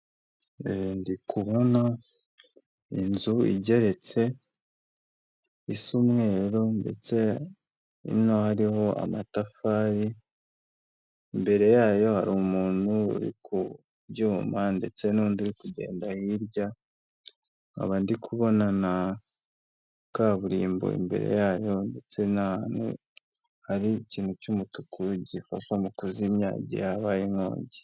Kure ndi kubona inzu igeretse isa umweru ndetse hino hariho amatafari, imbere yayo hari umuntu uri ku byuma ndetse n'undi uri kugenda hirya, nkaba ndi kubona na kaburimbo imbere yayo ndetse n'ahantu hari ikintu cy'umutuku gifasha mu kuzimya igihe habaye inkongi.